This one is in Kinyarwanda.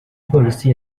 polisi